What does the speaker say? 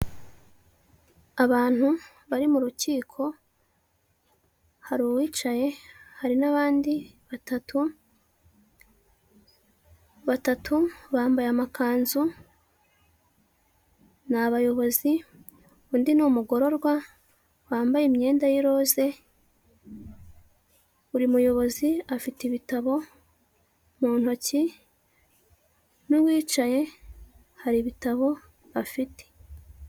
Abantu bari mu rukiko, hari uwicaye, hari n'abandi batatu, batatu bambaye amakanzu, ni abayobozi, undi ni umugororwa wambaye imyenda ya roze, buri muyobozi afite ibitabo mu ntoki n'uwicaye hari ibitabo afite.